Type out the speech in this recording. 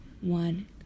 one